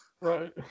Right